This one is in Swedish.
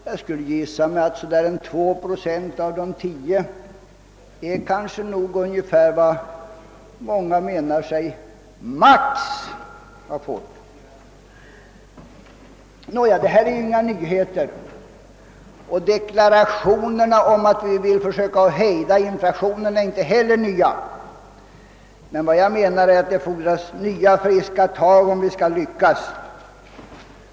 Jag skulle gissa att ungefär 2 procent av de 10 procenten är vad många maximalt menar sig ha fått. Nåja — detta är inga nyheter, och deklarationerna om att vi vill försöka hejda inflationen är inte heller nya. Men vad jag menar är att det fordras nya, friska tag om vi skall lyckas få till stånd en ändring.